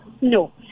no